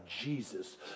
Jesus